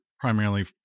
primarily